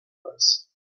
was